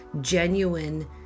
genuine